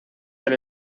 del